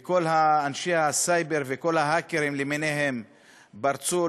כל אנשי הסייבר וכל ההאקרים למיניהם פרצו,